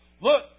Look